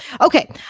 Okay